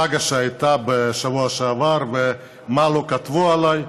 הסאגה שהייתה בשבוע שעבר, מה לא כתבו עליי.